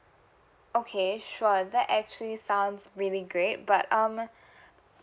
okay sure that actually sounds really great but um